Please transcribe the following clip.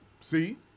See